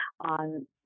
on